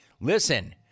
Listen